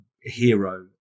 hero